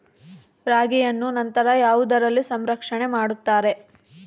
ರಾಗಿಯನ್ನು ನಂತರ ಯಾವುದರಲ್ಲಿ ಸಂರಕ್ಷಣೆ ಮಾಡುತ್ತಾರೆ?